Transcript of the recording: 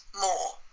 more